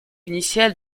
initial